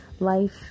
Life